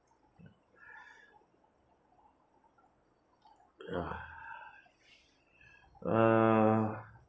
ya uh